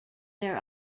their